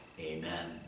Amen